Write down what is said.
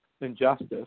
injustice